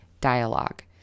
dialogue